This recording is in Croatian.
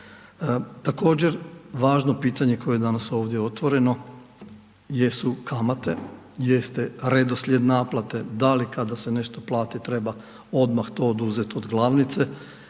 Također važno pitanje koje je danas ovdje otvoreno jesu kamate, jeste redoslijed naplate da li kada se nešto plati treba odmah to oduzet od glavnice